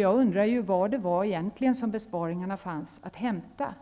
Jag undrar var det var som besparingarna egentligen fanns att hämta.